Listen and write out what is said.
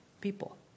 people